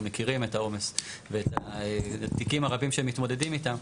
מכירים את העומס ואת התיקים הרבים שמתמודדים איתם.